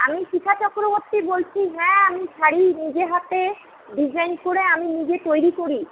আমি শিখা চক্রবর্তী বলছি হ্যাঁ আমি শাড়ি নিজে হাতে ডিজাইন করে আমি নিজে তৈরি করি